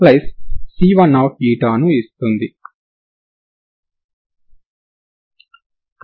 కాబట్టి మీకు స్ట్రింగ్ ఉందని అనుకోండి మరియు దాని సాంద్రత ఒక స్థిరాంకం అనుకోండి